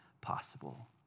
possible